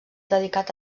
dedicat